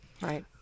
Right